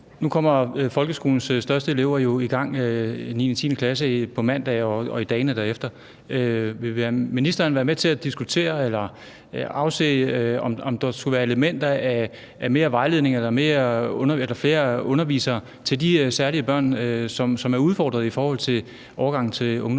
folkeskolens største elever, 9. og 10. klasse, jo i gang på mandag og i dagene derefter. Vil ministeren være med til at diskutere, om der skulle være elementer i forhold til mere vejledning eller flere undervisere til de børn, som er særligt udfordret i forhold til overgangen til ungdomsuddannelserne?